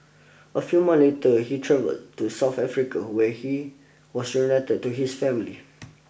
a few months later he travelled to South Africa where he was reunited to his family